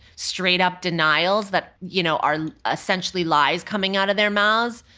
straight up denials that you know are essentially lies coming out of their mouths.